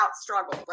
struggle